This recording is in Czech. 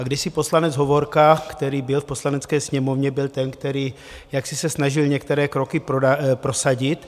Kdysi poslanec Hovorka, který byl v Poslanecké sněmovně, byl ten, který se snažil některé kroky prosadit.